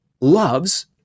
loves